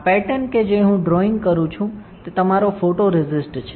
આ પેટર્ન કે જે હું ડ્રૉઇંગ કરું છું તે તમારો ફોટોરેસિસ્ટ છે